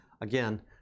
again